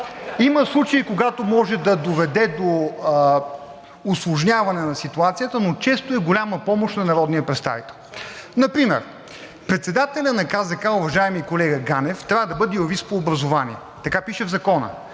Има случаи, когато може да доведе до усложняване на ситуацията, но често е голяма помощ на народния представител. Например председателят на КЗК, уважаеми колега Ганев, трябва да бъде юрист по образование – така пише в закона.